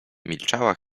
milczała